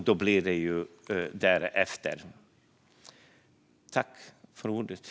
Då blir ju resultatet därefter.